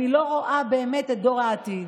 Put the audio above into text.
אני לא רואה באמת את דור העתיד.